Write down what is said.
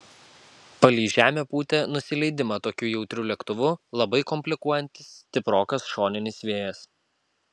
palei žemę pūtė nusileidimą tokiu jautriu lėktuvu labai komplikuojantis stiprokas šoninis vėjas